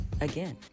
again